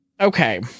okay